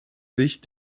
sich